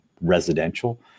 residential